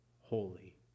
holy